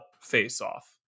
face-off